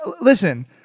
listen